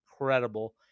incredible